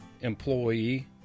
employee